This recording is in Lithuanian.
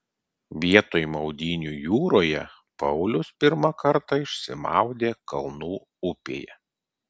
vietoj maudynių jūroje paulius pirmą kartą išsimaudė kalnų upėje